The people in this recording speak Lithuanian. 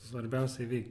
svarbiausia įveikt